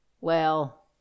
Well—